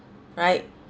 right